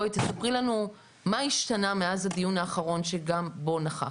תספרי לנו מה השתנה מאז הדיון האחרון שגם בו נכחת.